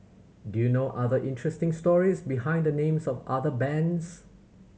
do you know other interesting stories behind the names of other bands